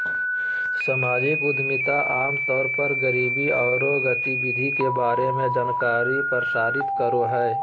सामाजिक उद्यमिता आम तौर पर गरीबी औरो गतिविधि के बारे में जानकारी प्रसारित करो हइ